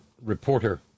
reporter